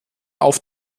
auf